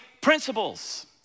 principles